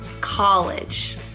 college